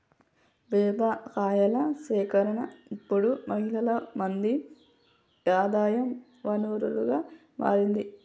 వేప కాయల సేకరణ ఇప్పుడు మహిళలు మంది ఆదాయ వనరుగా మారింది